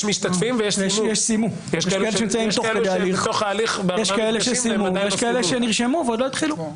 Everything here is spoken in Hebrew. כאלה שסיימו ויש כאלה שנרשמו ועוד לא התחילו.